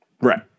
right